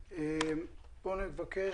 לא לזה אני מכוון.